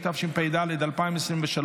התשפ"ד 2023,